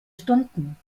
stunden